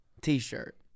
t-shirt